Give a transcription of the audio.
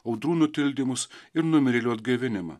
audrų nutildymus ir numirėlių atgaivinimą